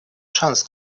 шанс